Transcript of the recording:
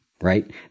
right